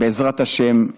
בעזרת השם,